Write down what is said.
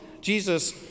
Jesus